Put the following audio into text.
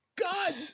God